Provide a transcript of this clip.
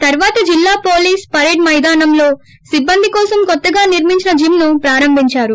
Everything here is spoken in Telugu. తర్వాత జిల్లా పోలీస్ పరేడ్ మైదానంలో సిబ్బంది కోసం కొత్తగా నిర్మించిన జిమ్ను ప్రారంభించారు